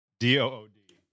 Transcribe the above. D-O-O-D